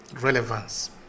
relevance